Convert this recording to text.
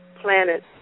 planet